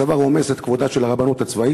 הצבא רומס את כבודה של הרבנות הצבאית,